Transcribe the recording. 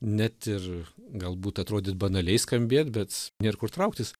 net ir galbūt atrodys banaliai skambėt bet nėr kur trauktis